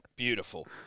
Beautiful